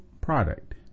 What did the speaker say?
product